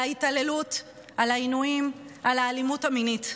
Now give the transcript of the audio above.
על ההתעללות, על העינויים, על האלימות המינית.